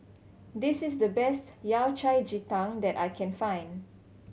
this is the best Yao Cai ji tang that I can find